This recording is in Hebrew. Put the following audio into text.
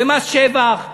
ומס שבח,